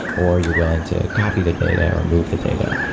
or you're willing to copy the data or move the data.